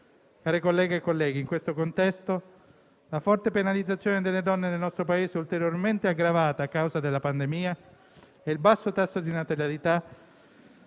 Care colleghe e colleghi, in questo contesto la forte penalizzazione delle donne nel nostro Paese è ulteriormente aggravata a causa della pandemia e il provvedimento